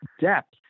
depth